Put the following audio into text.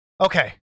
Okay